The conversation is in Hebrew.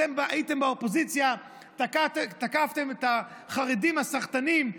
אתם הייתם באופוזיציה ותקפתם את החרדים הסחטנים,